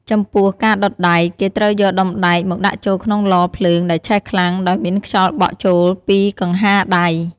ចំពោះ ការដុតដែក គេត្រូវយកដុំដែកមកដាក់ចូលក្នុងឡភ្លើងដែលឆេះខ្លាំងដោយមានខ្យល់បក់ចូលពីកង្ហារដៃ។